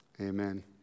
Amen